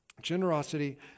Generosity